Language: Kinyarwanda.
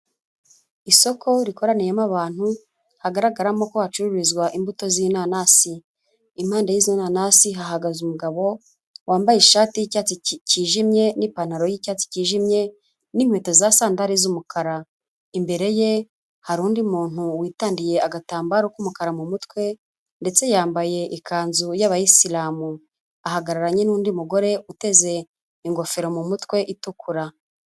Isoko rikoraniyemo abantu hagaragaramo ko hacururizwa imbuto z'inanasi, impande y'izo nanasi hahagaze umugabo wambaye ishati y'icyatsi cyijimye, n'ipantaro y'icyatsi cyijimye, n'inkweto za sandali z'umukara, imbere ye hari undi muntu witambiye agatambaro k'umukara mu mutwe ndetse yambaye ikanzu y'Abayisilamu, ahagararanye n'undi mugore uteze ingofero mu mutwe itukura.